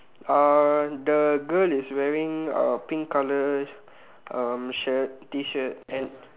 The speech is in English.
uh the girl is wearing uh pink color um shirt T-shirt and